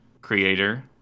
creator